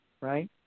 Right